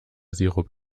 sirup